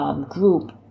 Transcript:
group